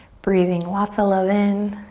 breathing lots of love in.